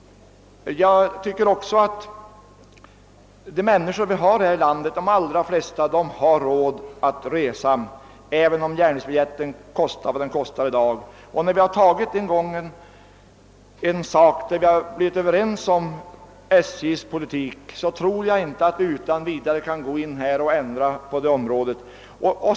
Enligt min mening har de allra flesta människor här i landet råd att resa, även om järnvägsbiljetten kostar vad den kostar i dag. När vi en gång har blivit överens om SJ:s politik tror jag inte att vi utan vidare kan ge oss på att ändra den.